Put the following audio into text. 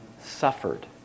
suffered